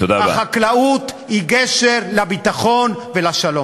אבל בסוף לא יהיו חקלאים ולא נוכל למכור כלום.